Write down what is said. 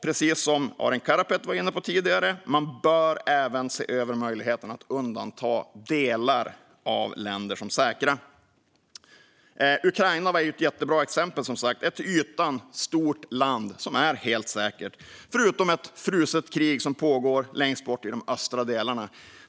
Precis som Arin Karapet var inne på tidigare bör man även se över möjligheten att undanta delar av länder som är säkra. Ukraina är ett jättebra exempel. Det är ett till ytan stort land som är helt säkert, förutom ett fruset krig som pågår längst bort i de östra delarna.